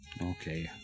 Okay